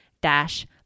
dash